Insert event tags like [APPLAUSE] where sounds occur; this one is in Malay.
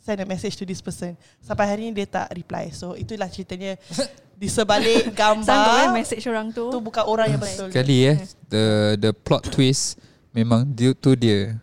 send a message to this person. Sampai hari ni dia tak reply. So, itulah ceritanya. [LAUGHS] Di sebalik gambar [LAUGHS] Sanggup, eh, message orang tu? tu bukan orang yang Mm. [LAUGHS] betul. Sekali, eh, Yeah. the- the plot twist memang due to dia.